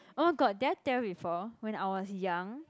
oh my god did I tell you before when I was young